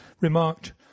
remarked